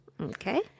Okay